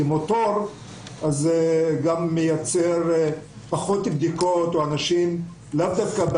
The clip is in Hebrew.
זה מוריד אוטומטית עשרות אלפי בדיקות כשיש לנו 140,000 תלמידים